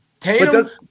Tatum